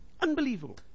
Unbelievable